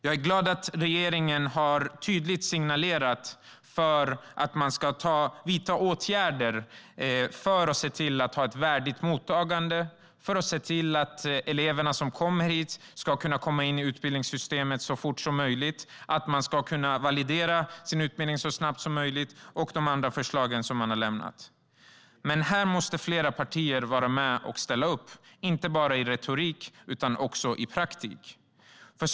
Jag är glad att regeringen tydligt har signalerat att man ska vidta åtgärder för att se till att ha ett värdigt mottagande, för att se till att eleverna som kommer hit ska kunna komma in i utbildningssystemet så fort som möjligt och för att nyanlända ska kunna få sin utbildning validerad så snabbt som möjligt. Det är flera förslag som man har lämnat. Men här måste fler partier vara med och ställa upp, inte bara i retoriken utan också i praktiken.